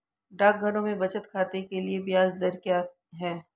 डाकघरों में बचत खाते के लिए ब्याज दर क्या है?